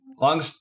long